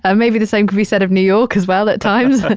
ah maybe the same could be said of new york as well at times. but